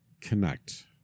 Connect